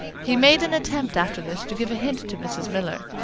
he made an attempt after this to give a hint to mrs. miller.